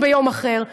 ביום אחר.